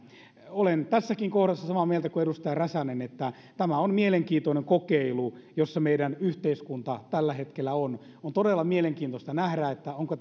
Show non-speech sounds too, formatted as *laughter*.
olen tässäkin kohdassa samaa mieltä kuin edustaja räsänen että tämä on mielenkiintoinen kokeilu jossa meidän yhteiskuntamme tällä hetkellä on on todella mielenkiintoista nähdä onko *unintelligible*